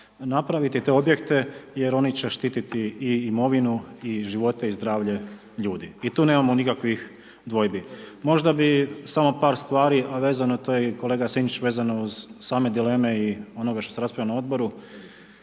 napraviti, te objekte, jer oni će štititi i imovinu, i živote i zdravlje ljudi, i tu nemamo nikakvih dvojbi. Možda bi samo par stvari, a vezano je, to je i kolega Sinčić, vezano uz same dileme i onoga što se raspravljalo na Odboru,